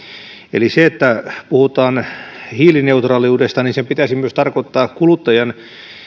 eli kun puhutaan hiilineutraaliudesta niin sen pitäisi tarkoittaa kustannusneutraaliutta myös kuluttajan